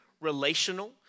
relational